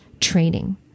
training